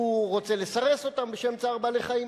היא רוצה לסרס אותם בשם צער בעלי-חיים.